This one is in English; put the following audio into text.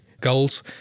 Goals